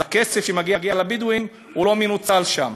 אז הכסף שמגיע לבדואים לא מנוצל שם.